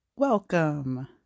welcome